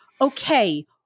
okay